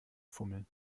fummeln